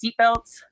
seatbelts